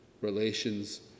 Relations